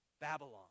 Babylon